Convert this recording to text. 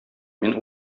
мин